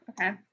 okay